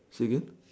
say again